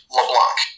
LeBlanc